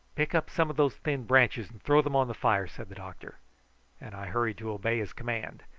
pick up some of those thin branches and throw them on the fire, said the doctor and i hurried to obey his command,